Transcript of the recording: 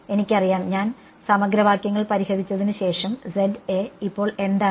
എനിക്കറിയാം ഞാൻ സമഗ്ര സമവാക്യങ്ങൾ പരിഹരിച്ചതിനുശേഷം ഇപ്പോൾ എന്താണ്